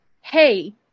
hey